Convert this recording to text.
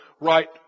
right